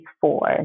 four